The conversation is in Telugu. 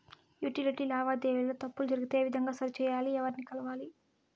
యుటిలిటీ లావాదేవీల లో తప్పులు జరిగితే ఏ విధంగా సరిచెయ్యాలి? ఎవర్ని కలవాలి?